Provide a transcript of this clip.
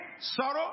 sorrow